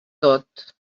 tot